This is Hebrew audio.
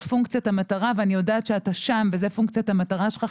פונקציית המטרה ואני יודעת שאתה שם וזו פונקציית המטרה שלך.